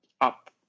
up